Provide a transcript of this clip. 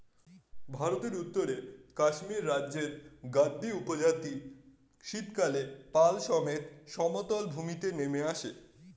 ভারতের উত্তরে কাশ্মীর রাজ্যের গাদ্দী উপজাতি শীতকালে পাল সমেত সমতল ভূমিতে নেমে আসে